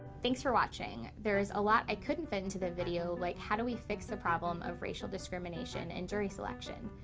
thanks for watching. there's a lot i couldn't fit into the video, like how do we fix the problem of racial discrimination in and jury selection?